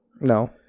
No